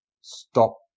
stop